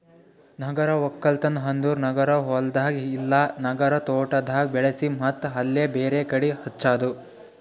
ನಗರ ಒಕ್ಕಲ್ತನ್ ಅಂದುರ್ ನಗರ ಹೊಲ್ದಾಗ್ ಇಲ್ಲಾ ನಗರ ತೋಟದಾಗ್ ಬೆಳಿಸಿ ಮತ್ತ್ ಅಲ್ಲೇ ಬೇರೆ ಕಡಿ ಹಚ್ಚದು